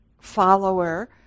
follower